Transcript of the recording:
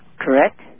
correct